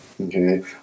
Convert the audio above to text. Okay